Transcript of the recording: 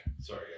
sorry